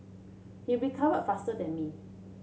he recovered faster than me